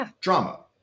drama